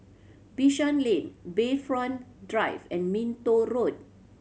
Bishan Lane Bayfront Drive and Minto Road